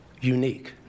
unique